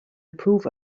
improve